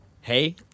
hey